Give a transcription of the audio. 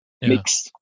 mix